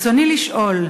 רצוני לשאול: